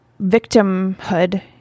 victimhood